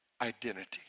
identity